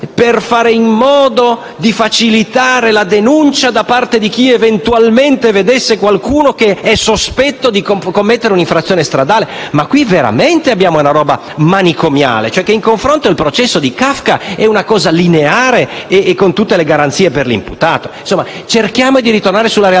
per fare in modo di facilitare la denuncia da parte di chi eventualmente vedesse qualcuno sospetto di commettere un'infrazione stradale. Ma qui veramente abbiamo una roba manicomiale; in confronto il processo di Kafka è una cosa lineare e con le tutte garanzie per l'imputato. Insomma, cerchiamo di tornare alla realtà.